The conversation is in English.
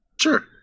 sure